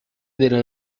della